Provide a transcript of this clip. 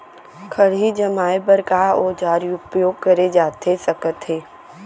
खरही जमाए बर का औजार उपयोग करे जाथे सकत हे?